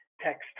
text